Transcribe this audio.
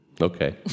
Okay